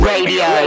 Radio